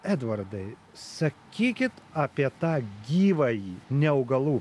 edvardai sakykit apie tą gyvąjį ne augalų